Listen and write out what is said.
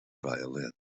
violin